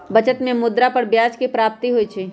बचत में मुद्रा पर ब्याज के प्राप्ति होइ छइ